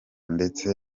ndetse